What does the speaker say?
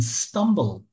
stumble